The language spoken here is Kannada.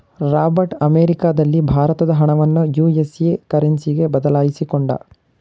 ರಾಬರ್ಟ್ ಅಮೆರಿಕದಲ್ಲಿ ಭಾರತದ ಹಣವನ್ನು ಯು.ಎಸ್.ಎ ಕರೆನ್ಸಿಗೆ ಬದಲಾಯಿಸಿಕೊಂಡ